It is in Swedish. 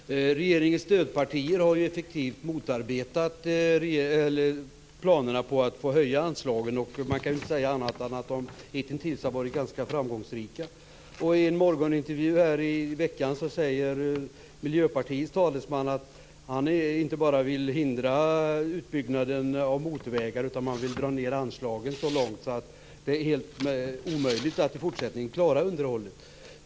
Fru talman! Regeringens stödpartier har ju effektivt motarbetat planerna på en höjning av anslagen. Man kan väl inte säga annat än att de hitintills har varit ganska framgångsrika. I en morgonintervju tidigare i veckan sade Miljöpartiets talesman att han inte bara vill hindra utbyggnaden av motorvägar. Man vill också dra ned på anslagen så mycket att det blir helt omöjligt att i fortsättningen klara underhållet.